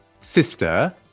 sister